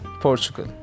Portugal